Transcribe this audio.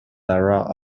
lara